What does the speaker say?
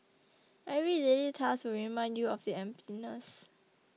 every daily task will remind you of the emptiness